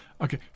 Okay